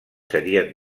serien